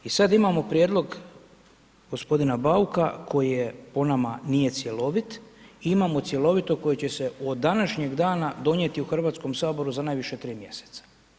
I sad imamo prijedlog gospodina Bauka, koji je po nama nije cjelovit i imamo cjelovito koje će se od današnjeg dana donijeti u Hrvatskom saboru za najviše 3 mjeseca.